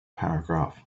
paragraph